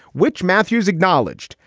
which matthews acknowledged.